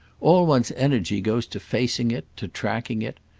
all one's energy goes to facing it, to tracking it.